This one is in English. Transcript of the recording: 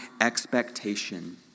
expectation